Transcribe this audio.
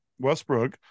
Westbrook